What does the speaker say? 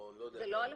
זה לא אלפים.